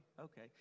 okay